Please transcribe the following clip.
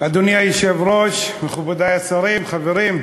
אדוני היושב-ראש, מכובדי השרים, חברים,